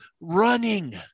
running